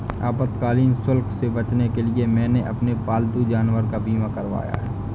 आपातकालीन शुल्क से बचने के लिए मैंने अपने पालतू जानवर का बीमा करवाया है